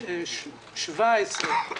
בדצמבר 2017,